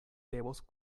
devos